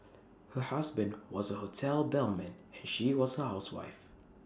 her husband was A hotel bellman and she was A housewife